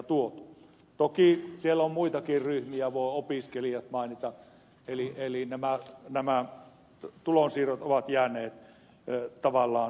toki siellä on muitakin ryhmiä opiskelijat voi mainita eli tulonsiirrot ovat jääneet tavallaan jälkeen